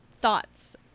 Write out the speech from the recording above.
thoughts